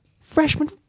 Freshman